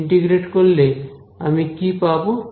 integrate করলে আমি কি পাবো